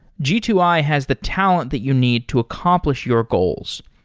g two i has the talent that you need to accomplish your goals.